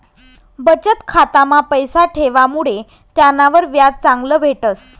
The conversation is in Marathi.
बचत खाता मा पैसा ठेवामुडे त्यानावर व्याज चांगलं भेटस